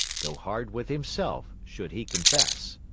go hard with himself should he confess.